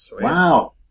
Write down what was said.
Wow